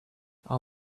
our